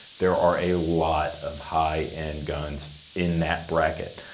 there are a lot of high end guns in that bracket.